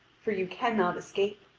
for you cannot escape.